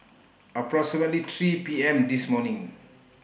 approximately three P M This morning